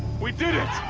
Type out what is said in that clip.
we did it!